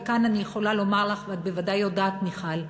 וכאן אני יכולה לומר לך, ואת בוודאי יודעת, מיכל,